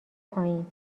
پایین